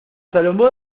salambó